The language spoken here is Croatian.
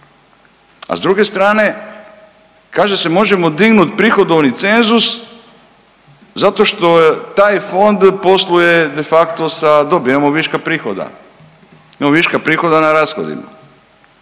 A s druge strane kaže se možemo dignut prihodovni cenzus zato što taj fond posluje de facto sa, imamo viška prihoda, imamo